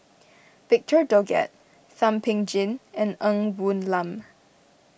Victor Doggett Thum Ping Tjin and Ng Woon Lam